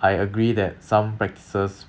I agree that some practices